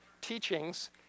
teachings